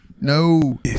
No